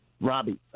Robbie